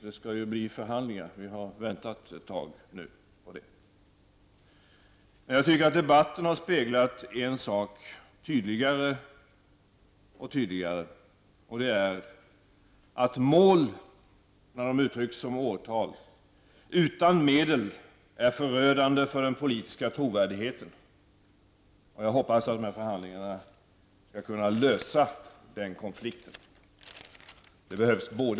Det skall ju bli förhandlingar om detta, och vi har väntat ett tag. Jag tycker att debatten har speglat en sak tydligare och tydligare: Mål, när de uttrycks som årtal utan medel, är förödande för den politiska trovärdigheten. Jag hoppas att dessa förhandlingar skall kunna lösa den konflikten. Det behövs både